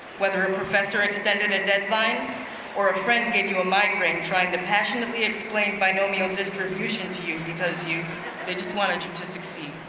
whether a professor extended a deadline or a friend gave you a migraine trying to passionately explain binomial distribution to you, because they just wanted you to succeed.